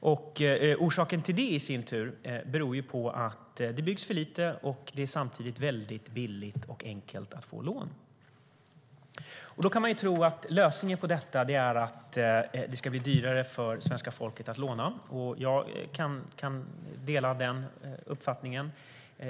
Orsaken till det är i sin tur att det byggs för lite och att det samtidigt är väldigt billigt och enkelt att få lån. Då kan man tro att lösningen på detta är att det ska bli dyrare för svenska folket att låna. Jag kan dela den uppfattningen.